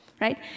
right